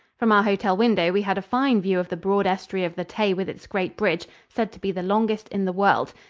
from our hotel window we had a fine view of the broad estuary of the tay with its great bridge, said to be the longest in the world.